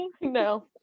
No